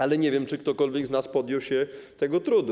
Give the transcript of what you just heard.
Ale nie wiem, czy ktokolwiek z nas podjąłby się tego trudu.